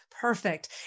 Perfect